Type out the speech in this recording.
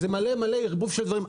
זה הרבה דברים יחד.